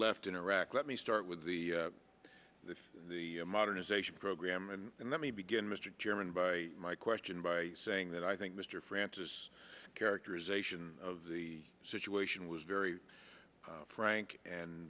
left in iraq let me start with the if the modernization program and let me begin mr jermyn by my question by saying that i think mr francis characterization of the situation was very frank and